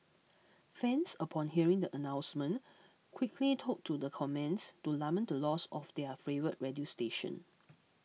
fans upon hearing the announcement quickly took to the comments to lament the loss of their favourite radio station